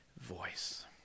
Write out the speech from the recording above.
voice